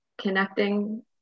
connecting